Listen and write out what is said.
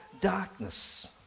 darkness